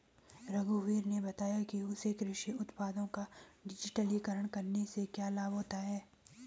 रघुवीर ने बताया कि उसे कृषि उत्पादों का डिजिटलीकरण करने से क्या लाभ होता है